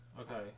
Okay